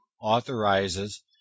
authorizes